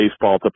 baseball